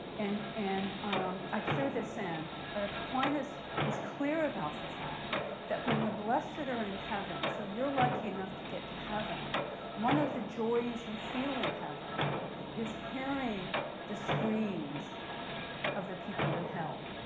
and and i threw this in, but aquinas is clear about the fact that when the blessed are in heaven so you're lucky enough to get to heaven one of the joys you feel in heaven is hearing the screams of the people in hell.